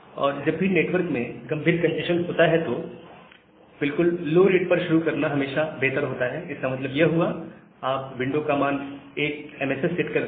और जब भी नेटवर्क में गंभीर कंजेस्शन होता है तो बिल्कुल लो रेट पर शुरू करना हमेशा बेहतर होता है इसका मतलब यह हुआ कि आप विंडो का मान 1 MSS सेट करते हैं